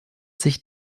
sich